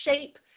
shape